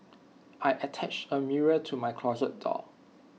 I attached A mirror to my closet door